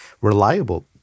reliable